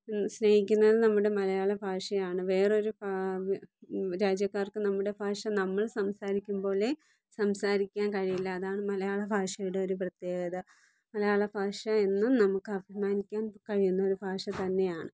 സ്നേഹിക്കുന്നത് നമ്മുടെ മലയാള ഭാഷയാണ് വേറെ ഒരു രാജ്യക്കാർക്ക് നമ്മുടെ ഭാഷ നമ്മൾ സംസാരിക്കും പോലെ സംസാരിക്കാൻ കഴിയില്ല അതാണ് മലയാള ഭാഷയുടെ ഒരു പ്രത്യേകത മലയാള ഭാഷ എന്നും നമുക്കഭിമാനിക്കാൻ കഴിയുന്ന ഒരു ഭാഷ തന്നെയാണ്